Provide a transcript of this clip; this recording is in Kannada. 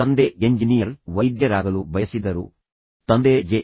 ತಂದೆ ಎಂಜಿನಿಯರ್ ಆಗಲು ಬಯಸಿದ್ದರು ತಂದೆ ವೈದ್ಯರಾಗಲು ಬಯಸಿದ್ದರು ತಂದೆ ಜೆ